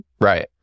right